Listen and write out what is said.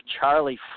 charlie